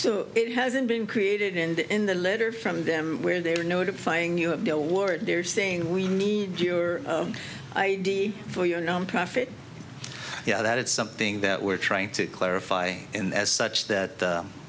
so it hasn't been created in the in the letter from them where they are notifying you have no word they're saying we need your id for your nonprofit yeah that is something that we're trying to clarify and as such that